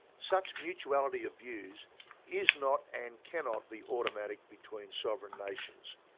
such mutuality of views is not and cannot be automatic between sovereign nations,